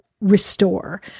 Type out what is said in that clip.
restore